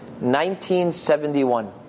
1971